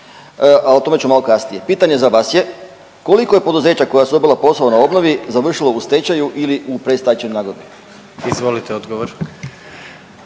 a o tome ću malo kasnije. Pitanje za vas je, koliko je poduzeća koja su dobila posao na obnovi završilo u stečaju ili u predstečajnoj nagodbi? **Jandroković,